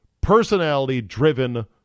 personality-driven